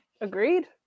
Agreed